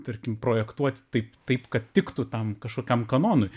tarkim projektuot taip taip kad tiktų tam kažkokiam kanonui